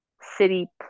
City